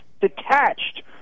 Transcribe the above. detached